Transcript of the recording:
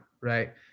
Right